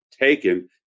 taken